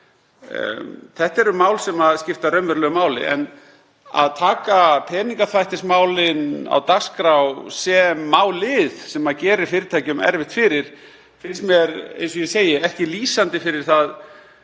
Það eru mál sem skipta raunverulegu máli, en að taka peningaþvættismálin á dagskrá sem mál sem geri fyrirtækjum erfitt fyrir, finnst mér, eins og ég segi, ekki lýsandi fyrir það